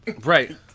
Right